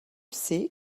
sait